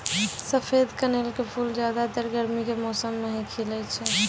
सफेद कनेल के फूल ज्यादातर गर्मी के मौसम मॅ ही खिलै छै